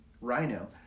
rhino